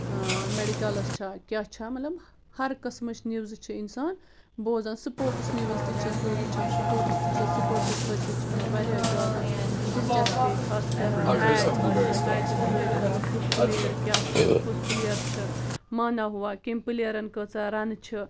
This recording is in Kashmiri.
مٮ۪ڈِکلَس چھا کیٛاہ چھا مطلب ہر قٕسمٕچ نِوزٕ چھُ اِنسان بوزان سُپوٹٕس نِوٕز تہِ چھَس بہٕ وٕچھان سُپوٹٕس تہِ چھَس سُپوٹسَس سۭتۍ تہِ چھُ مےٚ واریاہ زیادٕ دِلچسپی خاص کَر میچ آسہِ میچس سۭتۍ مطلب کُس پٕلیر کیٛاہ چھُ کُس پٕلیر چھُ مانا ہُوا کٔمۍ پٕلیرن کۭژاہ رَنہٕ چھِ